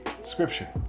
Scripture